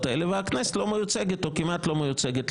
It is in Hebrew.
האלה והכנסת לא מיוצגת או כמעט לא מיוצגת.